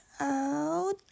out